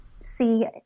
see